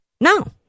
No